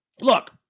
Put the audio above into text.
Look